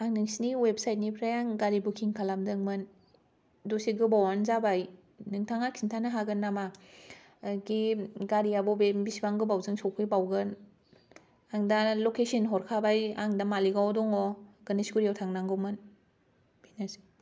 आं नोंसोरनि वेबसाइटनिफ्राय आं गारि बुकिं खालामदोंमोन दसे गोबावानो जाबाय नोंथाङा खिन्थानो हागोन नामा कि गारिया बबे बिसिबां गोबावजों सौफैबावगोन आं दा लकेशन हरखाबाय आं दा मालिगाववाव दङ गणेशगुरियाव थांनांगौमोन बेनोसै